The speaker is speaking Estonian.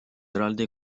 eraldi